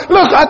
Look